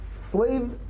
Slave